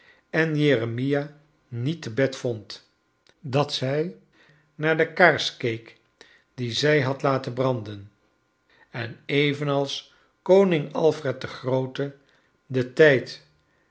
en jeremia niet te bed vond dat zij naar de kaars keek die zij had laten branden en evenals koning alfred de groote den tijd